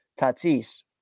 Tatis